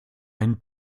einen